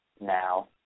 now